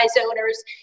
owners